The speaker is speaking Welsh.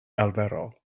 arferol